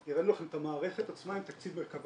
לא, הראינו לכם את המערכת עצמה עם תקציב מרכב"ה,